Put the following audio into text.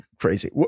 crazy